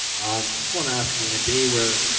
um, i just wanna ask you, in a day where,